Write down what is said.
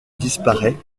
disparaît